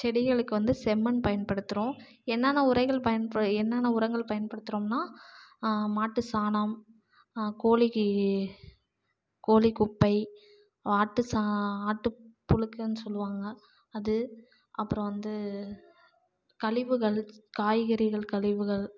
செடிகளுக்கு வந்து செம்மண் பயன்படுத்துகிறோம் என்னென்ன உரைகள் என்னென்ன உரங்கள் பயன்படுத்துகிறோம்னா மாட்டு சாணம் கோழிக்கு கோழி குப்பை ஆட்டு சா ஆட்டு புழுக்கைனு சொல்லுவாங்க அது அப்புறம் வந்து கழிவுகள் காய்கறிகள் கழிவுகள்